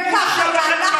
וככה היה,